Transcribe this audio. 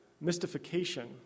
mystification